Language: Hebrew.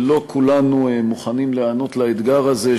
ולא כולנו מוכנים להיענות לאתגר הזה,